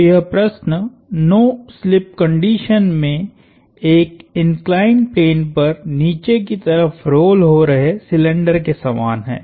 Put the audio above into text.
तो यह प्रश्न नो स्लिप कंडीशन में एक इंक्लाइंड प्लेन पर नीचे की तरफ रोल हो रहे सिलिंडर के समान है